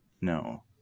No